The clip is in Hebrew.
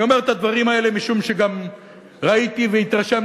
אני אומר את הדברים האלה משום שגם ראיתי והתרשמתי